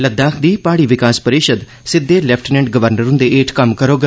लद्दाख दी प्हाड़ी विकास परिषद सिद्दे लेफ्टिनेंट गवर्नर हुंदे ऐठ कम्म करोग